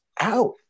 out